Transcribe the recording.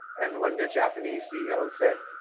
and one of the japanese ceo said,